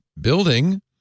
building